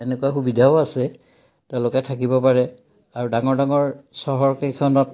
এনেকুৱা সুবিধাও আছে তেওঁলোকে থাকিব পাৰে আৰু ডাঙৰ ডাঙৰ চহৰকেইখনত